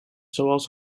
zoals